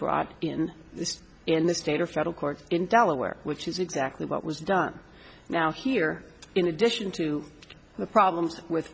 brought in in the state or federal court in delaware which is exactly what was done now here in addition to the problems with